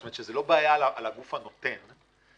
זאת אומרת שזו לא בעיה על הגוף הנותן כי